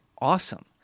awesome